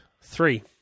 three